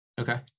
Okay